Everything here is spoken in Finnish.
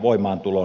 puhemies